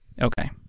Okay